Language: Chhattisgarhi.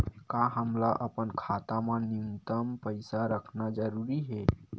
का हमला अपन खाता मा न्यूनतम पईसा रखना जरूरी हे?